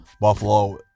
Buffalo